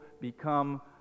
become